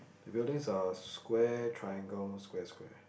the buildings are square triangle square square